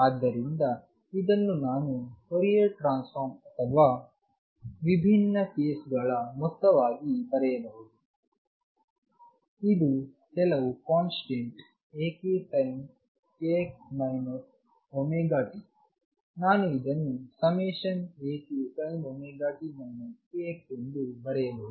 ಆದ್ದರಿಂದ ಇದನ್ನು ನಾನು ಫೋರಿಯರ್ ಟ್ರಾನ್ಸ್ ಫಾರ್ಮ್ ಅಥವಾ ವಿಭಿನ್ನ ಕೇಸ್ ಗಳ ಮೊತ್ತವಾಗಿ ಬರೆಯಬಹುದು ಇದು ಕೆಲವು ಕಾನ್ಸ್ಟೆಂಟ್ AkSinkx ωt ನಾನು ಇದನ್ನುAkSinωt kx ಎಂದು ಬರೆಯಬಹುದು